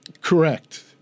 Correct